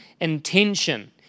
intention